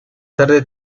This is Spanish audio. tarde